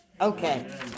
Okay